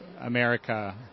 America